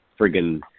friggin